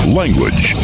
language